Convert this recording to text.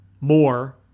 more